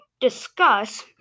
discuss